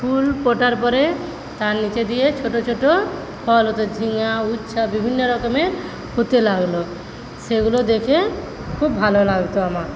ফুল ফোটার পরে তার নীচে দিয়ে ছোট ছোট ফল হতো ঝিঙা উচ্ছা বিভিন্ন রকমের হতে লাগলো সেগুলো দেখে খুব ভালো লাগতো আমার